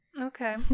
Okay